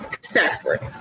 separate